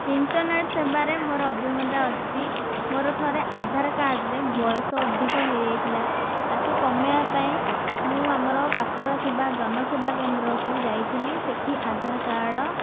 internet ସେବାରେ ମୋର ଅଭିଜ୍ଞତା ଅଛି ମୋର ଥରେ ଆଧାର କାର୍ଡ଼ରେ ବୟସ ଅଧିକ ହୋଇଯାଇଥିଲା ତାକୁ କମେଇବା ପାଇଁ ମୁଁ ଆମର ପାଖରେ ଥିବା ଜନସେବା କେନ୍ଦ୍ରକୁ ଯାଇଥିଲି ସେଠି ଆଧାର କାର୍ଡ଼